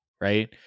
Right